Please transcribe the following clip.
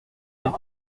est